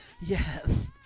yes